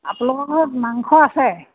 আপোনালোকৰ ঘৰত মাংস আছে